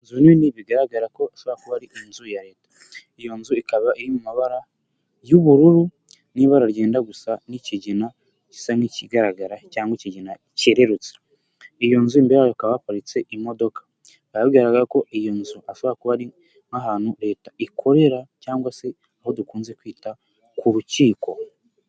Inzu nini bigaragara ko ishobora kuba ari inzu ya leta iyo nzu ikaba iri mu mabara y'ubururu n'i ibara ryenda gusa n'ikigina gisa nk'ikigaragara cyangwa ikigina cyerurutse iyo nzu imbere yayo hakaba haparitse imodoka bikaba bigaragara ko iyo nzu ashobora kuba ari nk'ahantu leta ikorera cyangwa se aho dukunze kwita ku rukiko